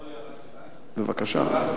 רק הערה, בבקשה.